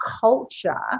culture